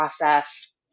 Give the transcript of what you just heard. process